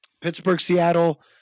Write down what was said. Pittsburgh-Seattle